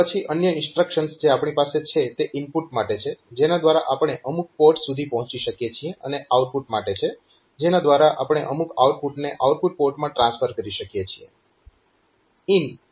પછી અન્ય ઇન્સ્ટ્રક્શન્સ જે આપણી પાસે છે તે ઇનપુટ માટે છે જેના દ્વારા આપણે અમુક પોર્ટ સુધી પહોંચી શકીએ છીએ અને આઉટપુટ માટે છે જેના દ્વારા આપણે અમુક આઉટપુટને આઉટપુટ પોર્ટમાં ટ્રાન્સફર કરી શકીએ છીએ